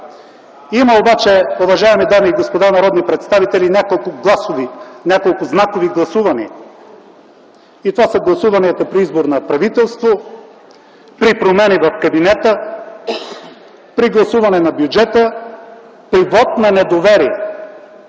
сред тях. Уважаеми дами и господа народни представители, има обаче няколко знакови гласувания и те са гласуванията при избор на правителство, при промени в кабинета, при гласуване на бюджета, при вот на недоверие